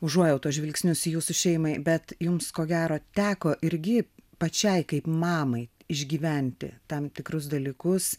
užuojautos žvilgsnius jūsų šeimai bet jums ko gero teko irgi pačiai kaip mamai išgyventi tam tikrus dalykus